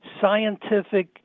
scientific